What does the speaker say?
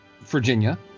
Virginia